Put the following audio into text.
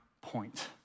point